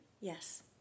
Yes